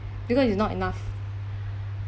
because is not enough